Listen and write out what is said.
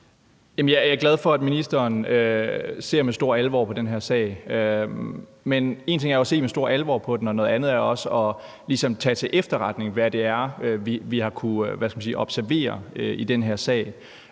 Jeg er glad for, at ministeren ser med stor alvor på den her sag. Men en ting er at se med stor alvor på den. Noget andet er også at tage til efterretning, hvad det er, vi har kunnet observere i den her sag.